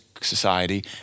society